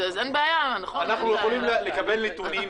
אז אין בעיה --- אנחנו יכולים לקבל נתונים